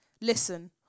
Listen